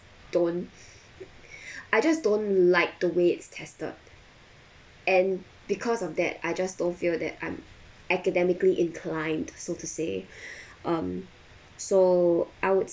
don't I just don't like the way it's tested and because of that I just don't feel that I'm academically inclined so to say um so I would